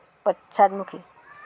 পশ্চাদমুখী